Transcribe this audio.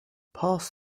pass